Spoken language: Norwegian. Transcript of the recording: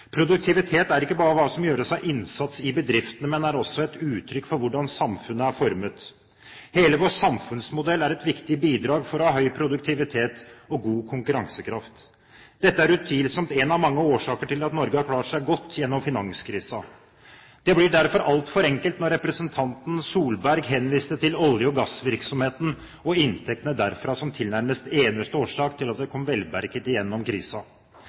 Produktivitet er ikke bare hva som gjøres av innsats i bedriftene, men er også et uttrykk for hvordan samfunnet er formet. Hele vår samfunnsmodell er et viktig bidrag til å ha høy produktivitet og god konkurransekraft. Dette er utvilsomt en av mange årsaker til at Norge har klart seg godt gjennom finanskrisen. Det blir derfor altfor enkelt når representanten Solberg henviser til olje- og gassvirksomheten og inntektene derfra som tilnærmet eneste årsak til at vi kom velberget igjennom